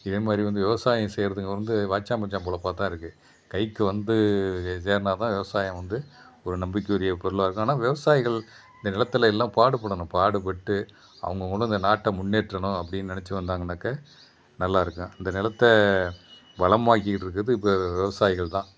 இதேமாதிரி வந்து விவசாயம் செய்கிறதுக்கு வந்து வாச்சான் போச்சான் பொழப்பாகத்தான் இருக்குது கைக்கு வந்து செ சேர்னால்தான் விவசாயம் வந்து ஒரு நம்பிக்கை உரிய பொருளாக இருக்கும் ஆனால் விவசாயிகள் இந்த நிலத்திலையெல்லாம் பாடுபடணும் பாடுப்பட்டு அவங்கவுங்களும் இந்த நாட்டை முன்னேற்றணும் அப்படின்னு நினச்சி வந்தாங்கன்னாக்க நல்லாயிருக்கும் அந்த நிலத்த வளமாக்கிக்கிட்டிருக்குறது இப்போ விவசாயிகள்தான்